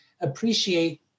appreciate